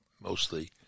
mostly